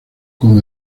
con